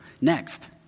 Next